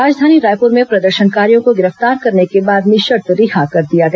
राजधानी रायपुर में प्रदर्शनकारियों को गिरफ्तार करने के बाद निःशर्त रिहा कर दिया गया